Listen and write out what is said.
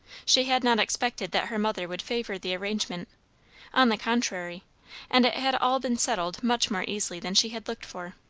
she had not expected that her mother would favour the arrangement on the contrary and it had all been settled much more easily than she had looked for.